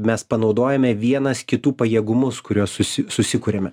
mes panaudojame vienas kitų pajėgumus kuriuos susikuriame